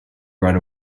right